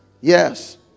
yes